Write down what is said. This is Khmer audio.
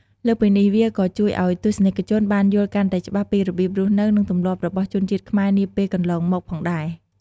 លើសពីនេះ វាក៏ ជួយឲ្យទស្សនិកជនយល់កាន់តែច្បាស់ពីរបៀបរស់នៅ និងទម្លាប់របស់ជនជាតិខ្មែរនាពេលកន្លងមក ផងដែរ។